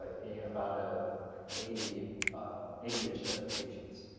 ah and about ah like eighty eighty ish ah of patients.